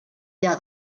der